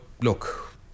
look